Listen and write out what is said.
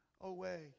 away